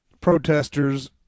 protesters